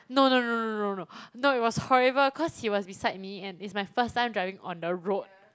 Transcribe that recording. no no no no no no no it was horrible cause he was beside me and it's my first time driving on the road